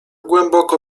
głęboko